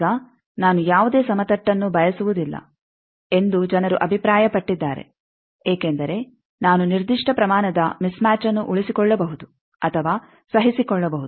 ಈಗ ನಾನು ಯಾವುದೇ ಸಮತಟ್ಟನ್ನು ಬಯಸುವುದಿಲ್ಲ ಎಂದು ಜನರು ಅಭಿಪ್ರಾಯಪಟ್ಟಿದ್ದಾರೆ ಏಕೆಂದರೆ ನಾನು ನಿರ್ದಿಷ್ಟ ಪ್ರಮಾಣದ ಮಿಸ್ ಮ್ಯಾಚ್ಅನ್ನು ಉಳಿಸಿಕೊಳ್ಳಬಹುದು ಅಥವಾ ಸಹಿಸಿಕೊಳ್ಳಬಹುದು